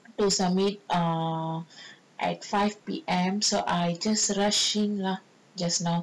to submit err at five P_M so I just rushing lah just now